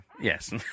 Yes